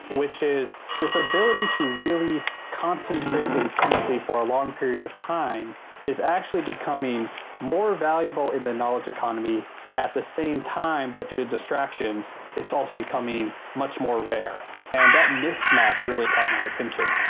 which is this ability to really concentrate intensely for a long period time is actually becoming more valuable in the knowledge economy at the same time that due to distractions it is also becoming much more rare, and that mismatch really caught my attention.